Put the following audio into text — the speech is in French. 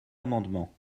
amendement